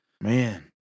man